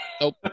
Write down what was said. Nope